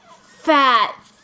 fat